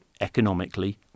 Economically